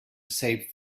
save